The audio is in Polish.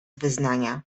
wyznania